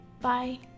Bye